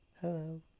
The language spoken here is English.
Hello